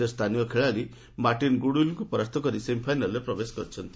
ସେ ସ୍ଥାନୀୟ ଖେଳାଳି ମାର୍ଟିନ୍ ଗୁଡ୍ୱିଲ୍ଙ୍କୁ ପରାସ୍ତ କରି ସେମିଫାଇନାଲ୍ରେ ପ୍ରବେଶ କରିଛନ୍ତି